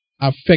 affect